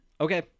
Okay